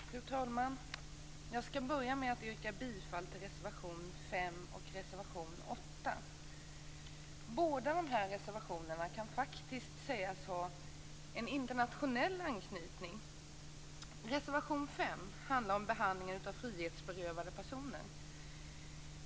Fru talman! Jag skall börja med att yrka bifall till reservation 5 och reservation 8. Båda reservationerna kan faktiskt sägas ha en internationell anknytning. Reservation 5 handlar om behandlingen av frihetsberövade personer.